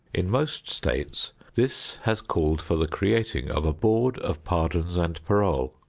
in most states this has called for the creating of a board of pardons and parole.